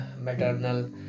maternal